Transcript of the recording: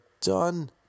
done